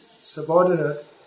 subordinate